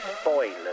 spoilers